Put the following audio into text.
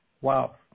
Wow